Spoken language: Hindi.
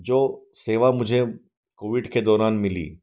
जो सेवा मुझे कोविड के दौरान मिली